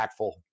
impactful